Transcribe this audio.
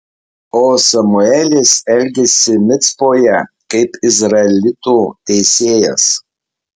o samuelis elgėsi micpoje kaip izraelitų teisėjas